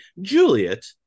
Juliet